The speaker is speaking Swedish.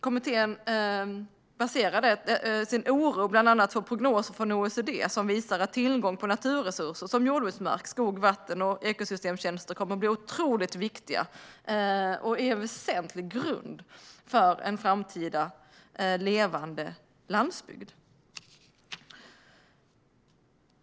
Kommittén baserar sin oro bland annat på prognoser från OECD, som visar att tillgång till naturresurser som jordbruksmark, skog, vatten och ekosystemtjänster kommer att bli otroligt viktiga och en väsentlig grund för en framtida levande landsbygd.